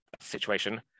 situation